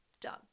done